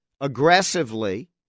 aggressively